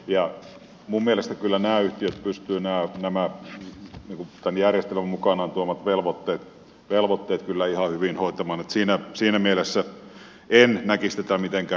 minun mielestäni kyllä nämä yhtiöt pystyvät tämän järjestelmän mukanaan tuomat velvoitteet ihan hyvin hoitamaan siinä mielessä en näkisi tätä mitenkään isona peikkona